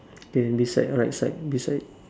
then beside right side beside